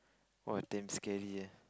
!wah! damn scary eh